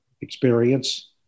experience